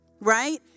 right